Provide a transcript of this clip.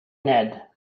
ned